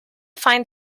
find